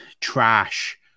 trash